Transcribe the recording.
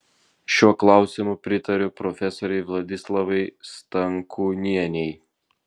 šiuo klausimu pritariu profesorei vladislavai stankūnienei